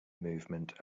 movement